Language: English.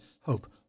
hope